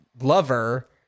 lover